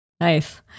Nice